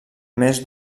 més